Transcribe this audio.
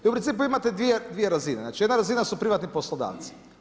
Vi u principu imate dvije razine, znači jedna razina su privatni poslodavci.